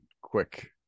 quick